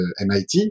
MIT